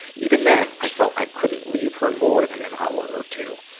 even then, i felt i couldn't leave her more than an hour or two.